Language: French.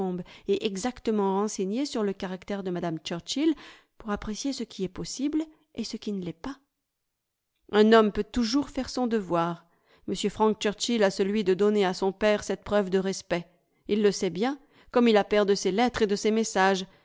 et exactement renseignés sur le caractère de mme churchill pour apprécier ce qui est possible et ce qui ne l'est pas un homme peut toujours faire son devoir m frank churchill a celui de donner à son père cette preuve de respect il le sait bien comme il appert de ses lettres et de ses messages